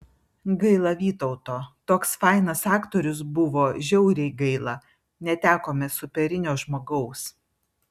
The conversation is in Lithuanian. gaila vytauto toks fainas aktorius buvo žiauriai gaila netekome superinio žmogaus